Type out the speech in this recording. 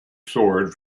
sword